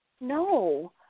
no